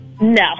No